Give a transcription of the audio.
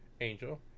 Angel